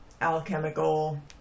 alchemical